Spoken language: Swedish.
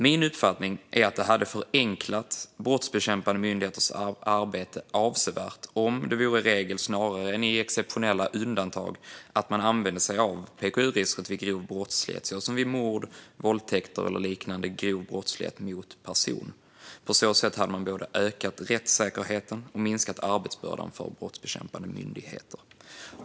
Min uppfattning är att det hade förenklat brottsbekämpande myndigheters arbete avsevärt om det vore regel snarare än exceptionella undantag att man använde sig av PKU-registret vid grov brottslighet såsom mord, våldtäkt eller liknande grov brottslighet mot person. På så sätt hade man både ökat rättssäkerheten och minskat arbetsbördan för brottsbekämpande myndigheter.